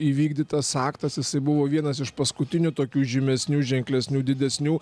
įvykdytas aktas jisai buvo vienas iš paskutinių tokių žymesnių ženklesnių didesnių